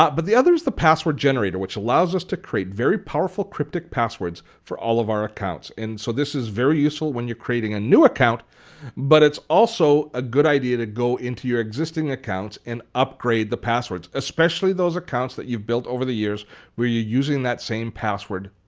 but but the other is the password generator which allows us to create very powerful cryptic passwords for all of our accounts. and so this is very useful when you're creating a new account but it's also a good idea to go into your existing accounts and upgrade the passwords, especially those accounts that you've built over the years where you're using that same password,